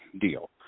deal